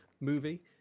movie